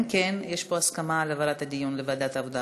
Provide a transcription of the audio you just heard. יש כאן הסכמה על העברת הדיון לוועדת העבודה,